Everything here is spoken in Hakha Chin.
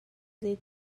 zei